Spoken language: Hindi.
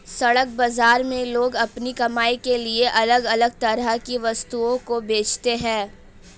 सड़क बाजार में लोग अपनी कमाई के लिए अलग अलग तरह की वस्तुओं को बेचते है